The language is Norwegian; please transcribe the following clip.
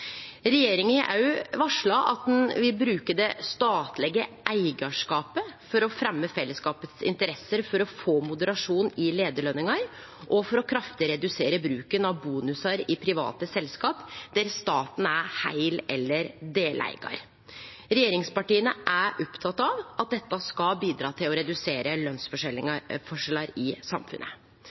Regjeringa har òg varsla at ein vil bruke det statlege eigarskapet for å fremje fellesskapets interesser, for å få moderasjon i leiarløningar og for kraftig å redusere bruken av bonusar i private selskap der staten er heil- eller deleigar. Regjeringspartia er opptekne av at dette skal bidra til å redusere lønsforskjellar i samfunnet.